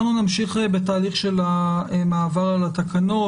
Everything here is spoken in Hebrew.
אנחנו נמשיך בתהליך של המעבר על התקנות.